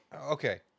okay